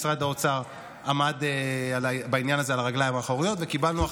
משרד האוצר עמד בעניין הזה על הרגליים האחוריות,